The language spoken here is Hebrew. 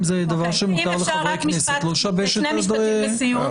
אני חושב שעוה"ד דיין מאוד מקפידה,